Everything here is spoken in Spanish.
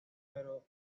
número